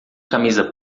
camisa